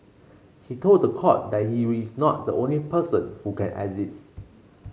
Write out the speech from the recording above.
he told the court that he is not the only person who can assist